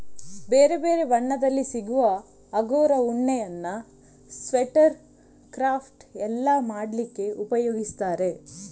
ಬೇರೆ ಬೇರೆ ಬಣ್ಣದಲ್ಲಿ ಸಿಗುವ ಅಂಗೋರಾ ಉಣ್ಣೆಯನ್ನ ಸ್ವೆಟರ್, ಕ್ರಾಫ್ಟ್ ಎಲ್ಲ ಮಾಡ್ಲಿಕ್ಕೆ ಉಪಯೋಗಿಸ್ತಾರೆ